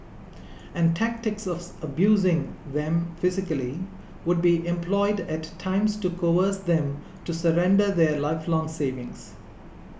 and tactics of abusing them physically would be employed at times to coerce them to surrender their lifelong savings